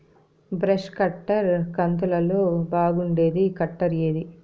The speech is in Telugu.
బ్రష్ కట్టర్ కంతులలో బాగుండేది కట్టర్ ఏది?